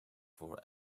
for